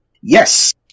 Yes